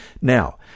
Now